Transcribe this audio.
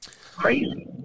Crazy